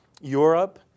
Europe